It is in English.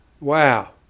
Wow